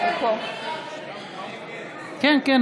נגד עמיחי שיקלי,